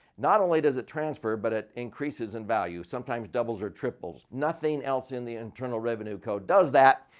not only does it transfer but it increases in value. sometimes, doubles or triples. nothing else in the internal revenue code does that.